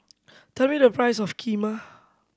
tell me the price of Kheema